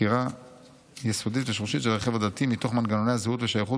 עקירה יסודית ושורשית של הרכיב הדתי מתוך מנגנוני הזהות והשייכות